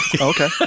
okay